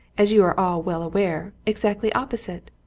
as you're all well aware, exactly opposite.